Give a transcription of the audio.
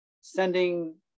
sending